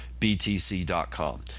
btc.com